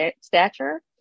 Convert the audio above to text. stature